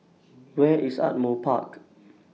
Where IS Ardmore Park